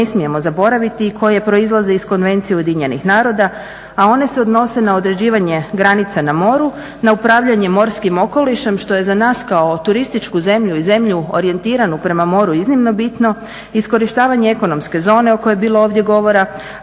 koje ne smijemo zaboraviti i koje proizlaze iz Konvencije UN-a, a one se odnose na određivanje granica na moru, na upravljanje morskim okolišem što je za nas kao turističku zemlju i zemlju orijentiranu prema moru iznimno bitno, iskorištavanje ekonomske zone o kojoj je bilo ovdje govora